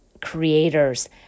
creators